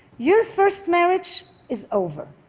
your first marriage is over.